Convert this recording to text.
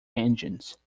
engines